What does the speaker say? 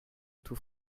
tout